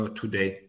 today